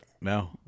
no